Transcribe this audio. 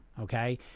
Okay